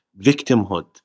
victimhood